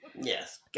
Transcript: Yes